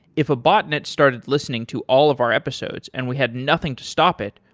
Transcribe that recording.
if a botnet started listening to all of our episodes and we have nothing to stop it,